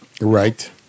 Right